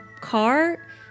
car